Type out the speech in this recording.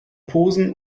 posen